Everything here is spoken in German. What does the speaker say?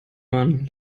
man